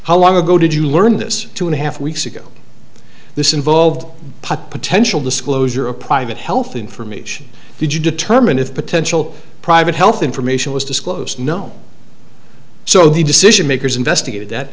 how long ago did you learn this two and a half weeks ago this involved potential disclosure of private health information to determine if potential private health information was disclosed no so the decision makers investigated that